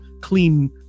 clean